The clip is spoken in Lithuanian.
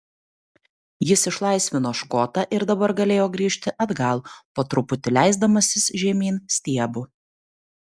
jis išlaisvino škotą ir dabar galėjo grįžti atgal po truputį leisdamasis žemyn stiebu